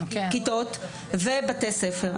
כיתות ובתי ספר.